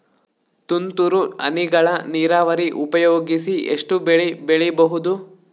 ತುಂತುರು ಹನಿಗಳ ನೀರಾವರಿ ಉಪಯೋಗಿಸಿ ಎಷ್ಟು ಬೆಳಿ ಬೆಳಿಬಹುದು?